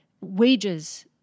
wages